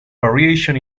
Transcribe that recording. variation